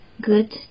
good